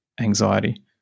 anxiety